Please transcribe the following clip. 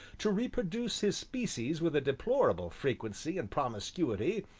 to reproduce his species with a deplorable frequency and promiscuity,